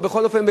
ובכל אופן,